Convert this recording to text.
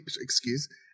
excuse